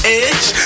edge